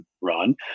run